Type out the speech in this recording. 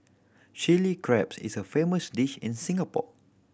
chilli crabs is a famous dish in Singapore